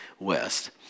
West